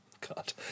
God